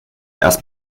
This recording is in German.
erst